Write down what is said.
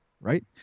right